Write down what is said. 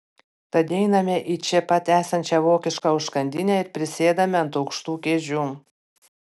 tad einame į čia pat esančią vokišką užkandinę ir prisėdame ant aukštų kėdžių